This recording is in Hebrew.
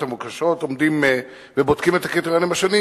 המבוקשות ועומדים ובודקים את הקריטריונים השונים,